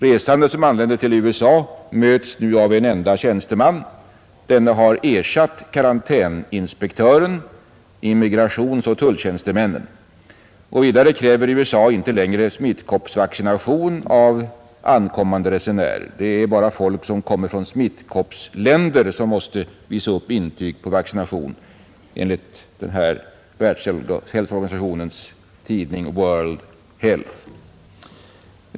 Resande som anländer till USA möts nu av en enda tjänsteman; denna har ersatt karantänsinspektören, immigrationsoch tulltjänstemännen. Vidare kräver USA inte längre smittkoppsvaccination av ankommande resenärer. Det är bara folk som kommer från smittkoppsländer som måste visa upp intyg om vaccination enligt Världshälsoorganisationens tidning World Health.